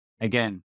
again